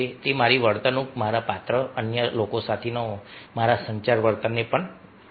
તે મારી વર્તણૂક મારા પાત્ર અન્ય લોકો સાથે મારા સંચાર વર્તનને પણ ઘડશે